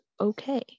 okay